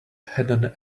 had